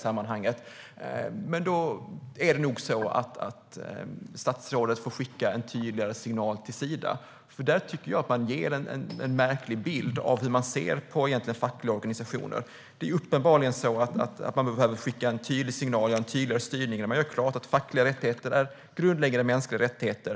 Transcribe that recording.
Statsrådet får nog skicka en tydligare signal till Sida, för där ger man en märklig bild av hur man ser på fackliga organisationer. Det är uppenbarligen så att regeringen i sin styrning behöver klargöra att fackliga rättigheter är grundläggande mänskliga rättigheter.